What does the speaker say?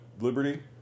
liberty